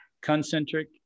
concentric